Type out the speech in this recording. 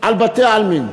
על בתי-העלמין.